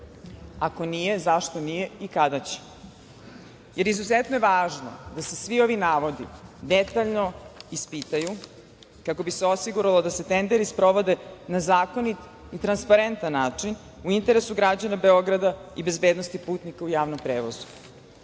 Ako nije, zašto nije i kada će? Jer izuzetno je važno da se svi ovi navodi detaljno ispitaju, kako bi se osiguralo da se tenderi sprovode na zakonit i transparentan način, u interesu građana Beograda i bezbednosti putnika u javnom prevozu. Drugo